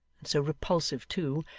and so repulsive too,